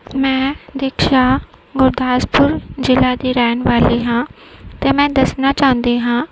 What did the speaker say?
ਮੈਂ ਦਿਕਸ਼ਾ ਗੁਰਦਾਸਪੁਰ ਜ਼ਿਲ੍ਹੇ ਦੀ ਰਹਿਣ ਵਾਲੀ ਹਾਂ ਅਤੇ ਮੈਂ ਦੱਸਣਾ ਚਾਹੁੰਦੀ ਹਾਂ